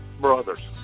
brothers